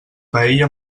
paella